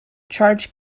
charge